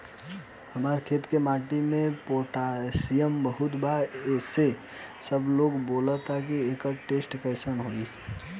हमार खेत के माटी मे पोटासियम बहुत बा ऐसन सबलोग बोलेला त एकर टेस्ट कैसे होई?